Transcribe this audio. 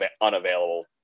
unavailable